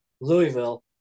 Louisville